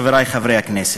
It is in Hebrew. חברי חברי הכנסת,